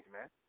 man